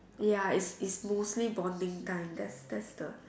ya is is mostly bonding time that's that's the